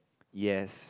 yes